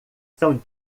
são